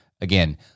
again